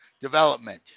development